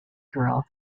girl